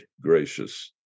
gracious